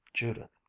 judith.